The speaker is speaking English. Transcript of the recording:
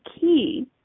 key